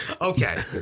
Okay